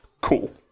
Cool